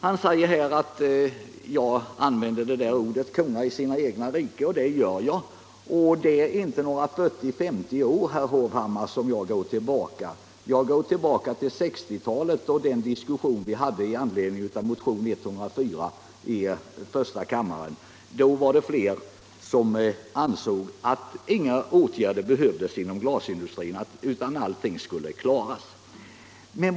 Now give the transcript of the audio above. Han erinrade om att jag använde uttrycket ”kungar i sina egna riken”. Det gjorde jag, och jag syftade då inte på förhållandena för 40-50 år sedan, herr Hovhammar, utan jag gick tillbaka till den diskussion vi förde på 1960-talet med anledning av motionen I:104 år 1967. Då var det flera som ansåg att inga åtgärder behövdes inom glasindustrin — den skulle klara sig ändå.